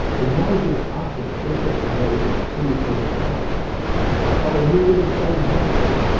the noises uttered differ from those of t. urogallus, follow nearly the same habits.